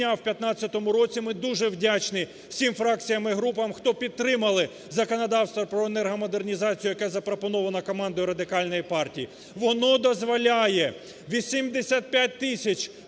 прийняв у 2015 році. Ми дуже вдячні всім фракціям і групам, хто підтримали законодавство про енергомодернізацію, яке запропоновано командою Радикальної партії, воно дозволяє 85 тисяч